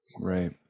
Right